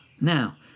Now